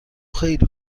خیلی